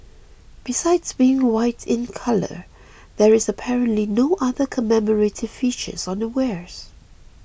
besides being white in colour there is apparently no other commemorative features on the wares